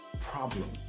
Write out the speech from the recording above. Problem